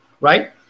right